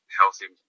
healthy